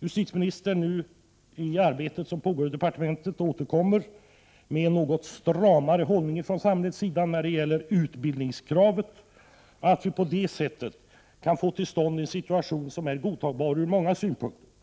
justitieministern genom Prot. 1988/89:51 det arbete som nu pågår i departementet återkommer med en något stramare 17 januari 1989 hållning i fråga om utbildningskravet, så att vi på det sättet kan få tillstånden = JZJ—s soo | situation som är godtagbar ur många synpunkter.